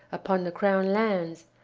upon the crown lands,